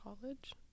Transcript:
college